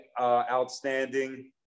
outstanding